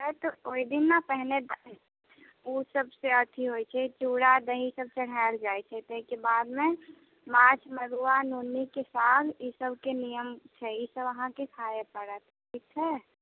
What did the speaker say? हैत ओहिदिन ने पहिने ओसबसँ अथी होइ छै चूड़ा दही सब चढ़ाएल जाइ छै ताहिके बादमे माछ मरुआ नोनीके साग ईसबके नियम छै ईसब अहाँके खाइ पड़त ठीक छै